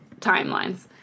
timelines